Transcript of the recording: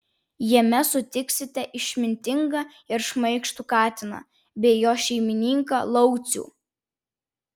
jame sutiksite išmintingą ir šmaikštų katiną bei jo šeimininką laucių